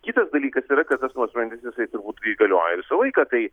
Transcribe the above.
kitas dalykas yra kad tas nuosprendis jisai turbūt kai įgalioja visą laiką tai